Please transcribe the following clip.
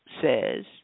says